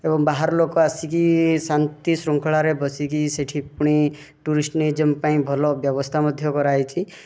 ଏବଂ ବାହାର ଲୋକ ଆସିକି ଶାନ୍ତି ଶୃଙ୍ଖଳାରେ ବସିକି ସେଇଠି ପୁଣି ଟୁରିଜମ୍ ପାଇଁ ଭଲ ବ୍ୟବସ୍ଥା ମଧ୍ୟ କରାଯାଇଛି